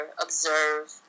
Observe